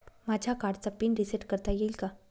माझ्या कार्डचा PIN reset करता येईल का?